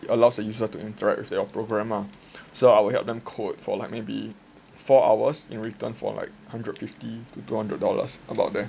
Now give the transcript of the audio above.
it allows the user to interact with your programme ah so I will help them code for like maybe four hours in return for like hundred fifty to two hundred dollars about there